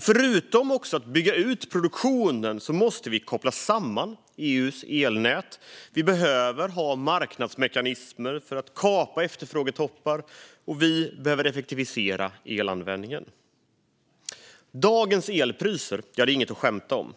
Förutom att bygga ut produktionen måste vi koppla samman EU:s elnät. Vi behöver ha marknadsmekanismer för att kapa efterfrågetoppar, och vi behöver effektivisera elanvändningen. Dagens elpriser är inget att skämta om.